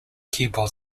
keyboard